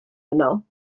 yno